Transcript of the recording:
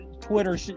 Twitter